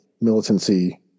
militancy